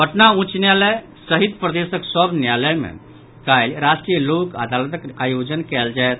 पटना उच्च न्यायालय सहित प्रदेशक सभ अदालत मे काल्हि राष्ट्रीय लोक अदालतक आयोजन कयल जायत